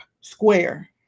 Square